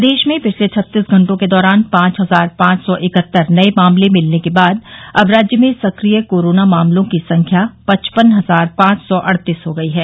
प्रदेश में पिछले छत्तीस घंटों के दौरान पांच हजार पांच सौ इकहत्तर नये मामले मिलने के बाद अब राज्य में सक्रिय कोरोना मामलों की संख्या पचपन हजार पांच सौ अड़तीस हो गई है